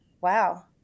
Wow